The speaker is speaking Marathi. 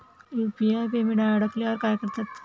यु.पी.आय पेमेंट अडकल्यावर काय करतात?